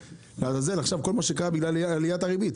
אבל לעזאזל, עכשיו כל מה שקרה בגלל עליית הריבית.